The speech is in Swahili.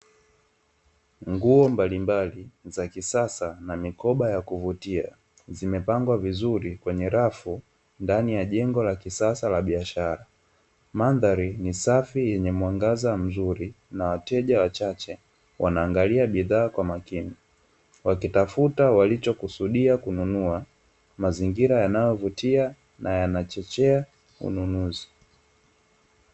Nguo mbalimbali za kisasa na mikoba ya kuvutia, zimepangwa vizuri kwenye rafu ndani ya jengo la kisasa la biashara. Mandhari ni safi yenye mwangaza mzuri na wateja wachache wanaangalia bidhaa kwa makini, vwakitafuta walichokusudia kununua. Mazingira yanayovutia na yanachochea ununuzi.